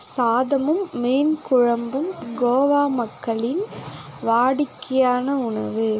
சாதமும் மீன் குழம்பும் கோவா மக்களின் வாடிக்கையான உணவு